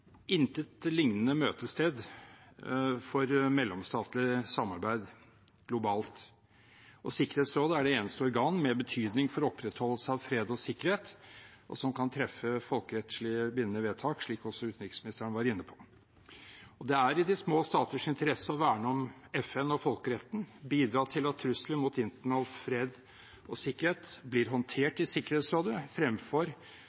intet liknende møtested for mellomstatlig samarbeid globalt, og Sikkerhetsrådet er det eneste organet med betydning for opprettholdelse av fred og sikkerhet, og som kan treffe folkerettslig bindende vedtak, slik også utenriksministeren var inne på. Det er i de små staters interesse å verne om FN og folkeretten og bidra til at trusler mot internasjonal fred og sikkerhet blir